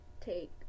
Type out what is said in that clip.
take